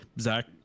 Zach